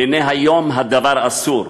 והנה היום הדבר אסור: